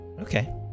Okay